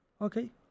Okay